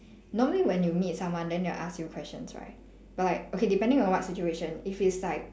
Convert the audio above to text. normally when you meet someone then they'll ask you questions right but like okay depending on what situation if it's like